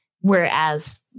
Whereas